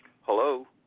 Hello